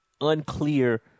unclear